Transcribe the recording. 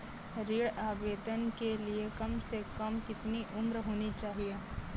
ऋण आवेदन के लिए कम से कम कितनी उम्र होनी चाहिए?